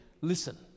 Listen